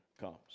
comes